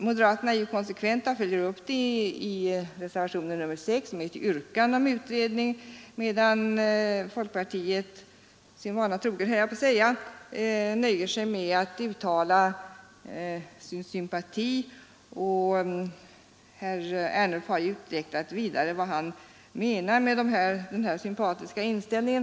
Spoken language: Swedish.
Moderaterna är konsekventa och följer upp kravet i reservationen 6 med ett yrkande om utredning medan folkpartiet — jag skulle vilja säga sin vana trogen — nöjer sig med att uttala sin sympati. Herr Ernulf har vidareutvecklat vad han menar med denna sympatiska inställning.